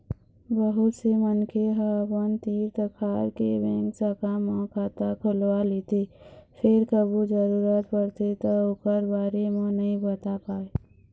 बहुत से मनखे ह अपन तीर तखार के बेंक शाखा म खाता खोलवा लेथे फेर कभू जरूरत परथे त ओखर बारे म नइ बता पावय